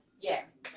yes